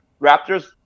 Raptors